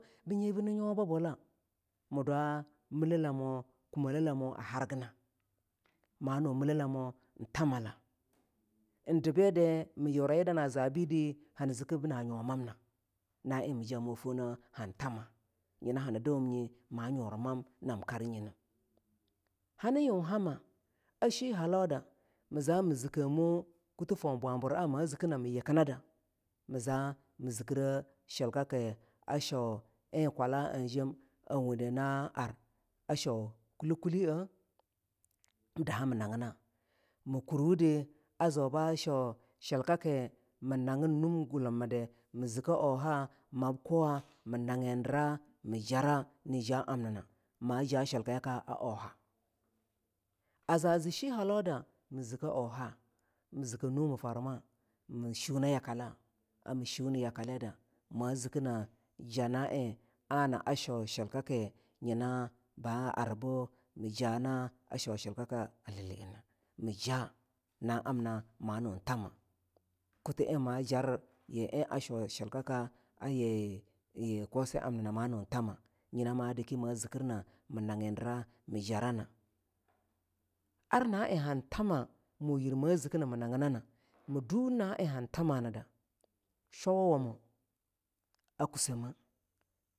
Bii nyi benni nyuwa babola mii dwa milelamo kumele lamoh a hargina ma nu millelamo ein thamala eing debidi miguna yii damana za bidi hani zikki bina nyu mamna na ein mu jaa mu foangner an thama nyina hani dawum nye ma nyuri mam nam karnyine ani yun hamma a shi halauda mii za mii zikemu kutu foang bwaburaa ma zikine mii yakinnada mii za mii zikire shilkaki ein a shau eing kwala aing jem a wundi na ar a shau kuli kili eah mii daha mii nagina mii urwudi a zu ba shau shilkaka mii naginnum gullumi di ii zikke ooha mab kuwa mii nagindira mii ara ni ja amnia maja shilkiyaka ooha a za zi shi halauda mii zikke ooha mii zikke numfarma mii shunne akale, a mii shunne yakale da ma zikkinnah jaa na eing ana a shau shilkaki nyina ba ar buh miijana a shau shilkaki ba ar bu alale eaner mi ja na amnah ma nun thamah. Kutu eing ma jar ye eing a shau shil kaka ayii, yii kose amni na ma nun thamma nyina ma dakma zikir naa mii na gindira mii jarana. Ar na eing han thama mu yir ma zikkino mii naginana mii uh na eing an thaman, da shwawamo a kussemeh.